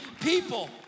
people